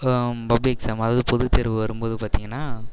public exam அதாவது பொதுத்தேர்வு வரும்போது பார்த்தீங்கனனா